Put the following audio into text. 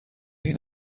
این